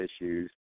issues